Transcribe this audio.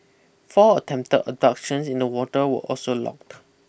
four attempt abductions in the water were also logged